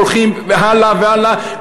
והולכים הלאה והלאה,